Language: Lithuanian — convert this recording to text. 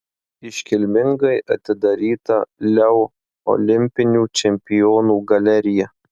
iškilmingai atidaryta leu olimpinių čempionų galerija